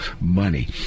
money